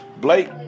Blake